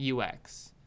UX